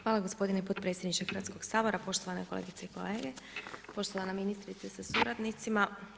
Hvala gospodine potpredsjedniče Hrvatskog sabora, poštovane kolegice i kolege, poštovana ministrice sa suradnicima.